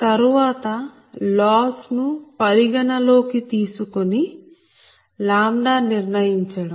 తరువాత లాస్ ను పరిగణన లోకి తీసుకొని λ నిర్ణయించడం